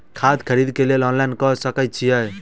खाद खरीदे केँ लेल ऑनलाइन कऽ सकय छीयै?